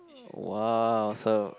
!wah! so